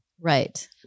Right